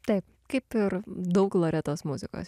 taip kaip ir daug loretos muzikos